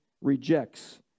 rejects